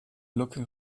looking